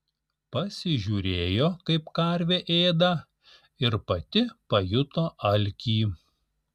pasižiūrėjo kaip karvė ėda ir pati pajuto alkį